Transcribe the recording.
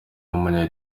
w’umunya